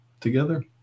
together